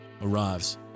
arrives